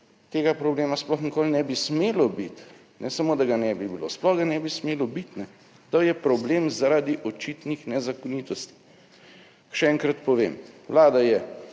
tega problema sploh nikoli ne bi smelo biti. Ne samo, da ga ne bi bilo, sploh ga ne bi smelo biti. To je problem zaradi očitnih nezakonitosti. Še enkrat povem, Vlada je